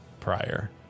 prior